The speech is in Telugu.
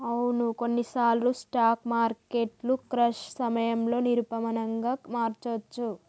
అవును కొన్నిసార్లు స్టాక్ మార్కెట్లు క్రాష్ సమయంలో నిరూపమానంగా మారొచ్చు